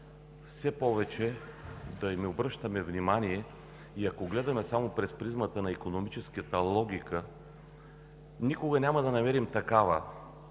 все повече да им обръщаме внимание. Ако гледаме само през призмата на икономическата логика, никога няма да намерим такава,